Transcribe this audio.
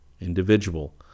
individual